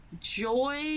joy